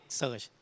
search